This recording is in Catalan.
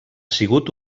sigut